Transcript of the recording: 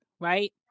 Right